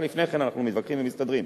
אולי לפני כן אנחנו מתווכחים ומסתדרים,